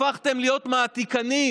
הפכתם להיות מעתיקנים.